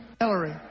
Hillary